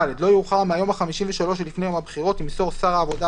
(ד)לא יאוחר מהיום ה-53 שלפני יום הבחירות ימסור שר העבודה,